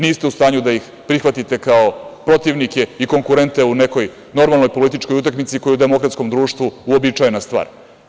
Niste u stanju da ih prihvatite kao protivnike i konkurente u nekoj normalnoj političkoj utakmici koja je u demokratskom društvu uobičajena stvar.